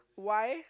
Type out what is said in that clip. why